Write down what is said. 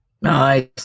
nice